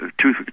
Two